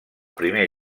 primer